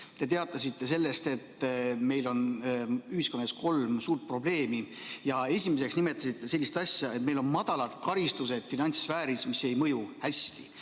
te teatasite, et meil on ühiskonna ees kolm suurt probleemi, ja esimeseks nimetasite sellist asja, et meil on madalad karistused finantssfääris, mis ei mõju hästi.